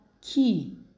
key